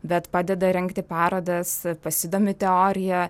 bet padeda rengti parodas pasidomi teorija